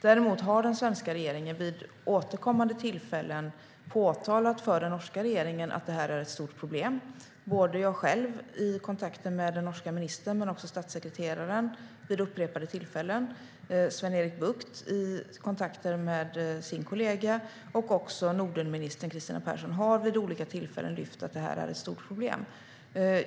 Däremot har den svenska regeringen vid återkommande tillfällen påpekat för den norska regeringen att det här är ett stort problem. Jag själv, men också statssekreteraren, har gjort det i kontakter med den norska ministern vid upprepade tillfällen. Sven-Erik Bucht har gjort det i kontakter med sin kollega. Också Nordenministern, Kristina Persson, har vid olika tillfällen lyft att det här är ett stort problem.